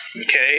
Okay